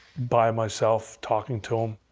by myself talking to him.